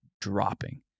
dropping